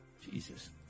Jesus